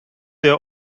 der